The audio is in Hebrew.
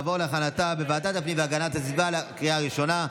ותעבור להכנתה בוועדת הפנים והגנת הסביבה לקריאה הראשונה.